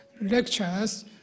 lectures